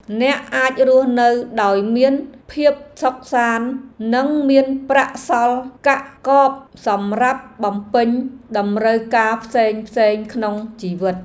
អ្នកអាចរស់នៅដោយមានភាពសុខសាន្តនិងមានប្រាក់សល់កាក់កបសម្រាប់បំពេញតម្រូវការផ្សេងៗក្នុងជីវិត។